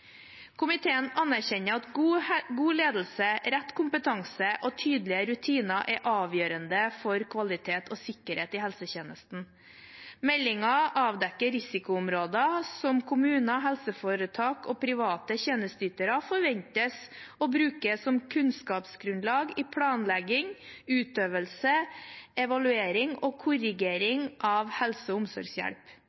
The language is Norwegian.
Komiteen anerkjenner at god ledelse, rett kompetanse og tydelige rutiner er avgjørende for kvalitet og sikkerhet i helsetjenesten. Meldingen avdekker risikoområder som kommuner, helseforetak og private tjenesteytere forventes å bruke som kunnskapsgrunnlag i planlegging, utøvelse, evaluering og